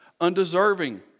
undeserving